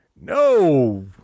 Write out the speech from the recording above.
No